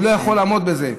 והוא לא יכול לעמוד בזה,